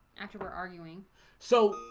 after we're arguing so